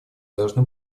должны